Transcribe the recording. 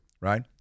right